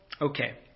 Okay